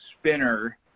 spinner